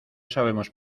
sabemos